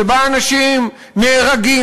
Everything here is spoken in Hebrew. שבה אנשים נהרגים,